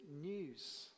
news